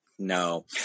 No